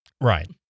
Right